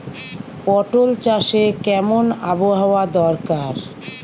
পটল চাষে কেমন আবহাওয়া দরকার?